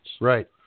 Right